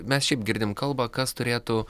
mes šiaip girdim kalbą kas turėtų